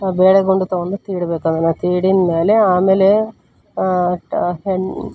ಆ ಬೇಳೆ ಗುಂಡು ತೊಗೊಂಡು ತೀಡಬೇಕು ಅದನ್ನು ತೀಡಿದಮೇಲೆ ಆಮೇಲೆ ಟ ಹೆಣ್